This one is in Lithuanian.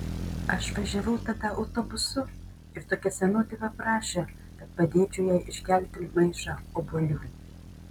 aš važiavau tada autobusu ir tokia senutė paprašė kad padėčiau jai iškelti maišą obuolių